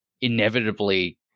inevitably